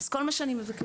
אז כל מה שאני מבקשת,